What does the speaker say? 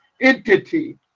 entity